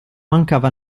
mancava